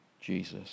Jesus